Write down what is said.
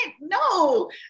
no